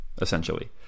essentially